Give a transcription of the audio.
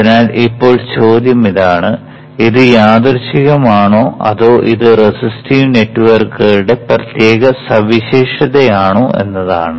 അതിനാൽ ഇപ്പോൾ ചോദ്യം ഇതാണ് ഇത് യാദൃശ്ചികമാണോ അതോ ഇത് റെസിസ്റ്റീവ് നെറ്റ്വർക്കുകളുടെ പ്രത്യേക സവിശേഷത ആണോ എന്നതാണ്